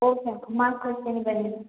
okay ma'am ಮಾಡಿ ಕಳಿಸ್ತೀನಿ ಬನ್ನಿ